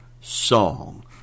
Song